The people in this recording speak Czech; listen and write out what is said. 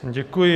Děkuji.